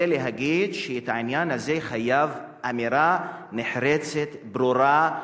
רוצה להגיד שהעניין הזה חייב אמירה נחרצת וברורה,